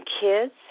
kids